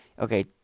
Okay